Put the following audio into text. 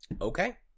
Okay